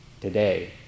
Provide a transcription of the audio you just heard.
today